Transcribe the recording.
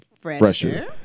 Fresher